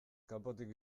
kanpotik